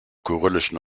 kyrillischen